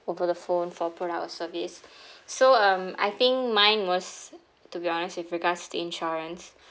over the phone for product or service so um I think mine was to be honest with regards to insurance